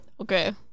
okay